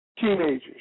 teenagers